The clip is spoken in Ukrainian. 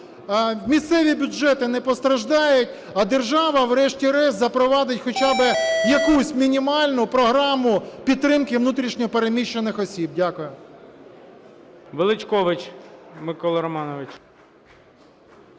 місцеві бюджети не постраждають, а держава врешті-решт запровадить хоча б якусь мінімальну програму підтримки внутрішньо переміщених осіб. Дякую. ГОЛОВУЮЧИЙ. Величкович Микола Романович.